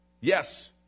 Yes